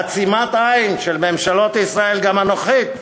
בעצימת עין של ממשלות ישראל, גם הנוכחית,